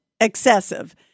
excessive